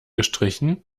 gestrichen